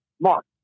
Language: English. Mark